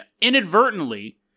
inadvertently